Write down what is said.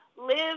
live